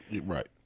Right